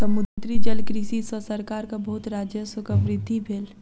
समुद्री जलकृषि सॅ सरकारक बहुत राजस्वक वृद्धि भेल